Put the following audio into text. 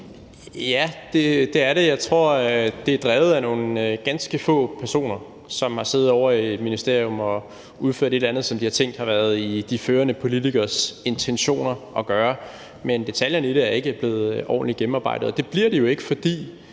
Ja, det er det. Jeg tror, at det er drevet af nogle ganske få personer, som har siddet ovre i et ministerium og gjort noget, som de har tænkt har været i tråd med de førende politikeres intentioner. Men detaljerne i det er ikke blevet ordentligt gennemarbejdet, og det bliver de jo ikke, fordi